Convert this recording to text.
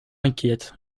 inquiète